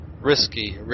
risky